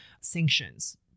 sanctions